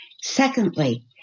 Secondly